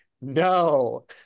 No